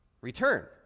return